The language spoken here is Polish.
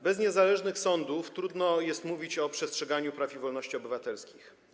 Bez niezależnych sądów trudno jest mówić o przestrzeganiu praw i wolności obywatelskich.